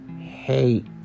hate